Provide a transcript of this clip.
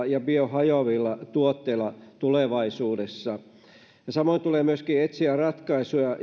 ja biohajoavilla tuotteilla tulevaisuudessa samoin tulee myöskin etsiä ratkaisuja